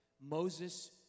Moses